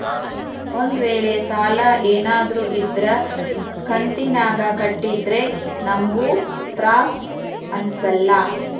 ಒಂದ್ವೇಳೆ ಸಾಲ ಏನಾದ್ರೂ ಇದ್ರ ಕಂತಿನಾಗ ಕಟ್ಟಿದ್ರೆ ನಮ್ಗೂ ತ್ರಾಸ್ ಅಂಸಲ್ಲ